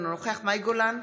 אינו נוכח מאי גולן,